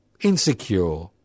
insecure